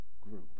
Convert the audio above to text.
group